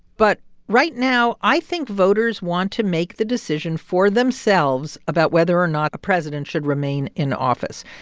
but right now i think voters want to make the decision for themselves about whether or not a president should remain in office.